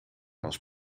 als